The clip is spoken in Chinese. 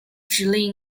指令